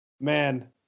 man